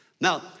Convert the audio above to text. Now